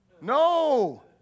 No